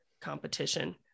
competition